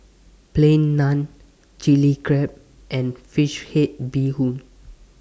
Plain Naan Chilli Crab and Fish Head Bee Hoon